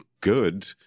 good